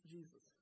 Jesus